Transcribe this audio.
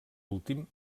últim